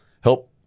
help